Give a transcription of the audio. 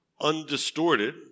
undistorted